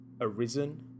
arisen